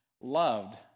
loved